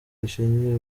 rishingiye